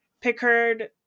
Pickard